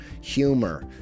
humor